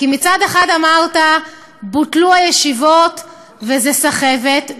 מצד אחד אמרת: בוטלו הישיבות וזו סחבת,